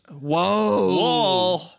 Whoa